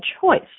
choice